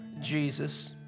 Jesus